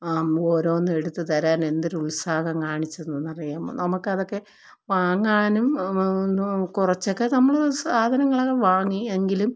ഓരോന്ന് എടുത്ത് തരാൻ എന്തൊരു ഉത്സാഹം കാണിച്ചെന്നറിയാമോ നമുക്ക് അതൊക്കെ വാങ്ങാനും കുറച്ചൊക്കെ നമ്മൾ സാധനങ്ങളൊക്കെ വാങ്ങി എങ്കിലും